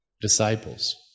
disciples